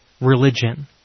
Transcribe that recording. religion